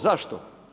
Zašto?